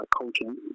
Coaching